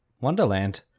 Wonderland